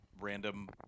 random